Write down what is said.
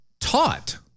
taught